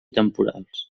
temporals